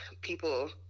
people